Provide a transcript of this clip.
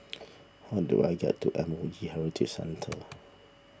how do I get to M O E Heritage Centre